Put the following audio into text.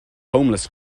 homeless